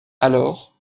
alors